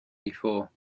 before